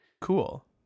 cool